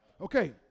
Okay